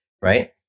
right